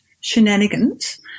shenanigans